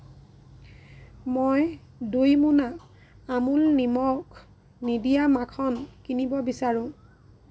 মই দুই মোনা আমূল নিমখ নিদিয়া মাখন কিনিব বিচাৰোঁ